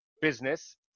business